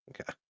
Okay